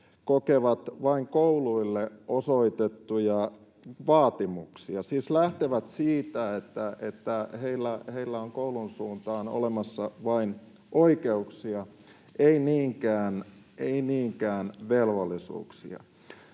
kokevat vain kouluille osoitettuja vaatimuksia — siis lähtevät siitä, että heillä on koulun suuntaan olemassa vain oikeuksia, ei niinkään velvollisuuksia.